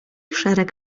szereg